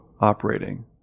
operating